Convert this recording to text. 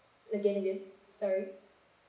again again sorry